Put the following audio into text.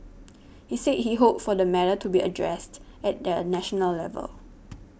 he said he hoped for the matter to be addressed at a national level